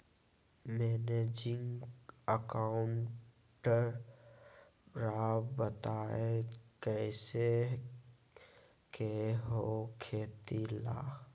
Managing account राव बताएं कैसे के हो खेती ला?